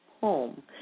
home